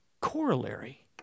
corollary